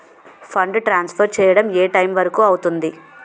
Fund transfer చేయడం ఏ time వరుకు అవుతుంది?